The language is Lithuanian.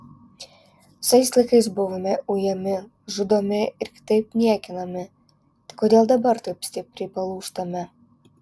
visais laikais buvome ujami žudomi ir kitaip niekinami tai kodėl dabar taip stipriai palūžtame